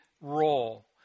role